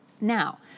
Now